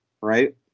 right